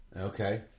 Okay